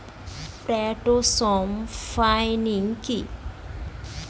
Plantation farming কি?